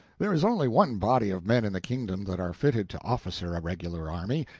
there is only one body of men in the kingdom that are fitted to officer a regular army.